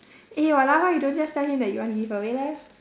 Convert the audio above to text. eh !walao! why you don't just tell him that you want to give away leh